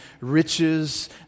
riches